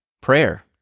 Prayer